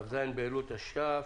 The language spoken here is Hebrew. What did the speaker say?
כ"ז באלול התש"ף.